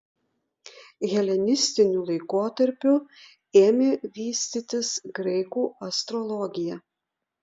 helenistiniu laikotarpiu ėmė vystytis graikų astrologija